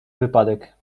wypadek